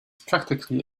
practically